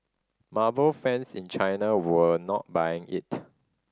marvel fans in China were not buying it